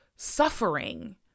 suffering